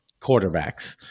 quarterbacks